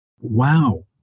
Wow